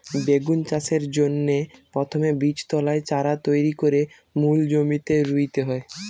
বেগুন চাষের জন্যে প্রথমে বীজতলায় চারা তৈরি কোরে মূল জমিতে রুইতে হয়